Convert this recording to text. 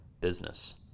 business